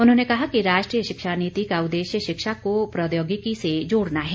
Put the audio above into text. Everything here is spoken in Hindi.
उन्होंने कहा कि राष्ट्रीय शिक्षा नीति का उद्देश्य शिक्षा को प्रौद्योगिकी से जोड़ना है